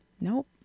Nope